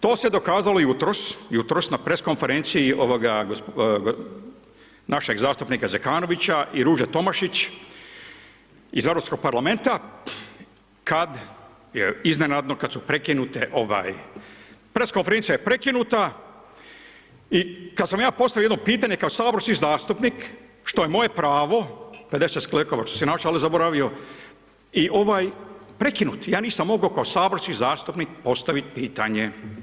To se dokazalo jutros na press konferenciju našeg zastupnika Zekanovića i Ruže Tomašić iz Europskog parlamenta kada je iznenadno, kada su prekinute, press konferencija je prekinuta i kada sam ja postavio jedno pitanje, kao saborski zastupnik, što je moje pravo, 50 sklekova ... ali zaboravio, prekinut, ja nisam mogao kao saborski zastupnik postaviti pitanje.